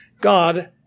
God